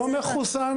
לא מחוסן